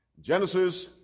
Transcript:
genesis